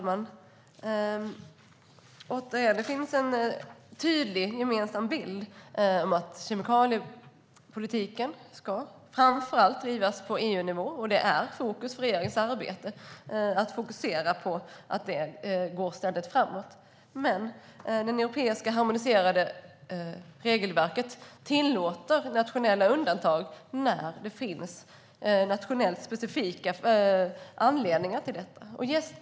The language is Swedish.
Fru talman! Det finns en tydlig gemensam bild av att kemikaliepolitiken framför allt ska drivas på EU-nivå, och fokus för regeringens arbete är att den ska gå ständigt framåt. Men det europeiska harmoniserade regelverket tillåter nationella undantag när det finns nationellt specifika anledningar till detta.